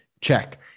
Check